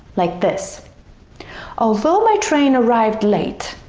like this although my train arrived late,